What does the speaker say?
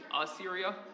Assyria